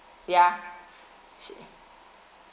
ya